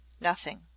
Nothing